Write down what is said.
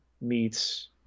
meets